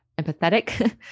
empathetic